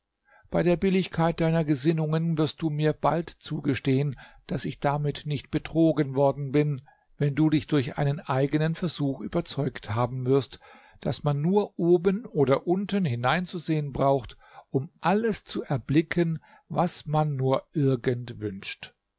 bei der billigkeit deiner gesinnungen wirst du mir bald zugestehen daß ich damit nicht betrogen worden bin wenn du dich durch einen eigenen versuch überzeugt haben wirst daß man nur oben oder unten hineinzusehen braucht um alles zu erblicken was man nur irgend wünscht